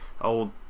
old